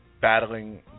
battling